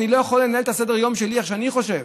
אני לא יכול לנהל את סדר-היום שלי איך שאני חושב,